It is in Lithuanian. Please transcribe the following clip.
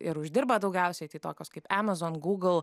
ir uždirba daugiausiai tai tokios kaip amazon gūgl